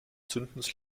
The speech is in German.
zündens